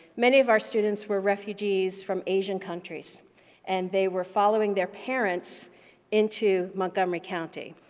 many of our students were refugees from asian countries and they were following their parents into montgomery county,